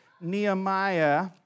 Nehemiah